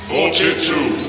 Forty-two